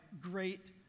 great